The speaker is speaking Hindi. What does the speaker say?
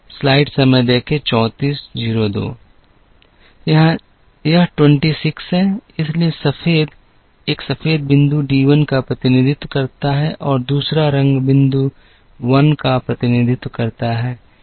यह 26 है इसलिए सफेद एक सफेद बिंदु डी 1 का प्रतिनिधित्व करता है और दूसरा रंग बिंदु 1 का प्रतिनिधित्व करता है